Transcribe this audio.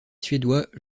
suédois